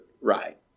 right